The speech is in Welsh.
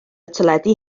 teledu